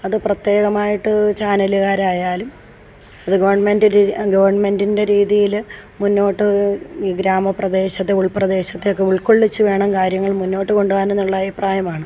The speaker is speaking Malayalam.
അതു പ്രത്യേകമായിട്ട് ചാനലുകാരായാലും അത് ഗവൺമെൻറ്റിൻ്റെ ഗവൺമെൻറ്റിൻ്റെ രീതിയിൽ മുന്നോട്ട് ഗ്രാമപ്രദേശത്തെ ഉൾപ്രദേശത്തെ ഒക്കെ ഉൾക്കൊള്ളിച്ചു വേണം കാര്യങ്ങൾ മുന്നോട്ടു കൊണ്ടു പോകാൻ ഉള്ള അഭിപ്രായമാണ്